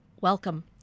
welcome